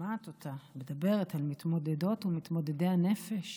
ששומעת אותה מדברת על מתמודדות ומתמודדי הנפש